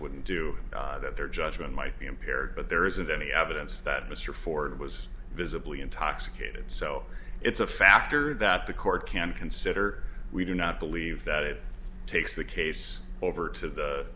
wouldn't do that their judgment might be impaired but there isn't any evidence that mr ford was visibly intoxicated so it's a factor that the court can consider we do not believe that it takes the case over to the